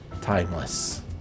timeless